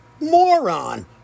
moron